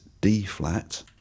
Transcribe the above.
D-flat